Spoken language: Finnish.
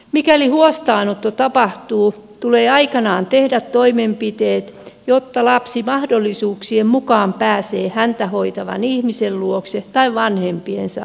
mikäli huostaanotto tapahtuu tulee aikanaan tehdä toimenpiteet jotta lapsi mahdollisuuksien mukaan pääsee häntä hoitavan ihmisen luokse tai vanhempiensa luokse